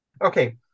Okay